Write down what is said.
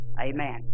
Amen